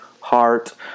heart